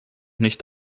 nicht